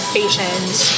patience